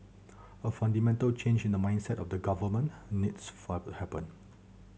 a fundamental change in the mindset of the government needs for to happen